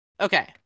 Okay